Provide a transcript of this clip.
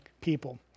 people